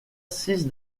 six